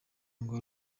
ngo